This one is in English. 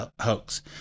hoax